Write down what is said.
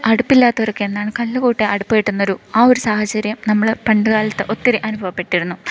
അടുപ്പില്ലാത്തവരൊക്കെ എന്നാണ് കല്ലു കൂട്ട് ആ അടുപ്പ് കെട്ടുന്നൊരു ആ ഒരു സാഹചര്യം നമ്മൾ പണ്ട്കാലത്ത് ഒത്തിരി അനുഭവപ്പെട്ടിരുന്നു